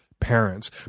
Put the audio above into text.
parents